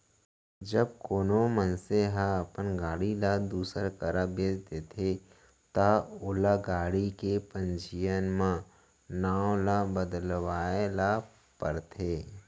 जब कोनो मनसे ह अपन गाड़ी ल दूसर करा बेंच देथे ता ओला गाड़ी के पंजीयन म नांव ल बदलवाए ल परथे